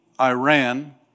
Iran